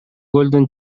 көлдүн